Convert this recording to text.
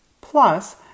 Plus